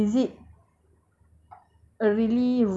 jin or syaitan lah but is it